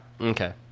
Okay